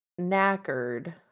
knackered